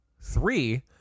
Three